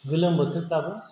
गोलोम बोथोरबाबो